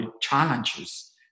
challenges